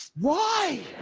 why?